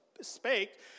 spake